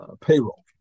payroll